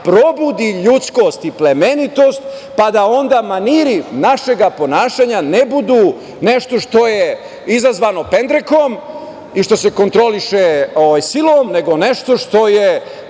probudi ljudskost i plemenitost, pa da onda maniri našeg ponašanja ne budu nešto što je izazvano pendrekom i što se kontroliše silom, nego nešto što je